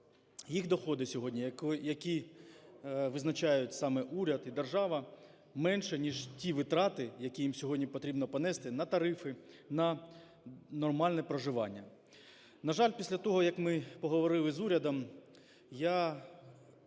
їх доходи сьогодні, які визначають саме уряд і держава, менші, ніж ті витрати, які їм сьогодні потрібно понести на тарифи, на нормальне проживання. На жаль, після того, як ми поговорили з урядом, в